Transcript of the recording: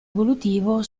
evolutivo